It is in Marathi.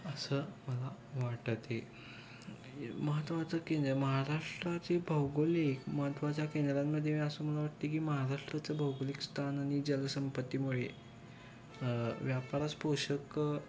असं मला वाटते महत्त्वाचं केंद्र महाराष्ट्राचे भौगोलिक महत्त्वाच्या केंद्रांमध्ये असं मला वाटते की महाराष्ट्राचं भौगोलिक स्थान आणि जलसंपत्तीमुळे व्यापरास पोषक